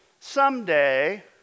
Someday